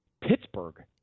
Pittsburgh